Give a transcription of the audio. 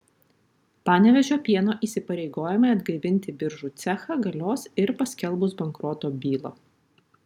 panevėžio pieno įsipareigojimai atgaivinti biržų cechą galios ir paskelbus bankroto bylą